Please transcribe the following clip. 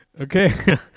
Okay